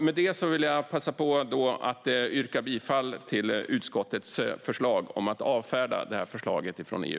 Med detta vill jag passa på att yrka bifall till utskottets förslag att avfärda förslaget från EU.